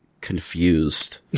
confused